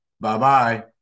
Bye-bye